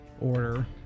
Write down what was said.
order